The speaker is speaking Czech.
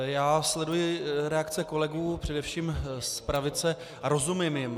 Já sleduji reakce kolegů především z pravice a rozumím jim.